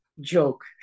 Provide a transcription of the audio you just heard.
joke